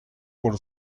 por